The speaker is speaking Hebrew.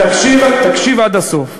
תקשיב עד הסוף.